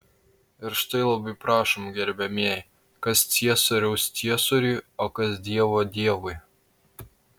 ir štai labai prašom gerbiamieji kas ciesoriaus ciesoriui o kas dievo dievui